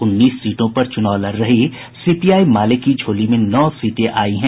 उन्नीस सीटों पर चुनाव लड़ रही सीपीआई माले की झोली में नौ सीटें आयी है